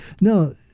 no